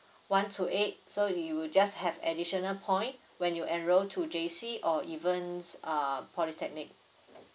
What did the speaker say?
one to eight so you will just have additional point when you enroll to J_C or evens uh polytechnic